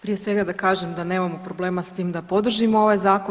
Prije svega da kažem da nemamo problema s tim da podržimo ovaj Zakon.